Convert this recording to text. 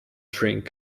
drink